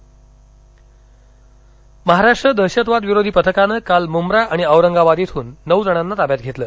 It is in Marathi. एटीएस महाराष्ट्र दहशतवाद विरोधी पथकानं काल मुंब्रा आणि औरंगाबाद इथून नऊ जणांना ताब्यात घेतलं